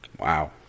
Wow